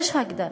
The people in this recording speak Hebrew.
יש הגדרה,